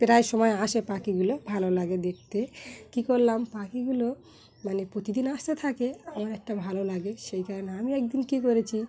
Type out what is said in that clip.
প্রায় সময় আসে পাখিগুলো ভালো লাগে দেখতে কী করলাম পাখিগুলো মানে প্রতিদিন আসতে থাকে আমার একটা ভালো লাগে সেই কারণে আমি একদিন কী করেছি